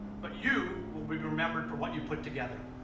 but you will be be remembered for what you put together.